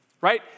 Right